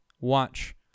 watch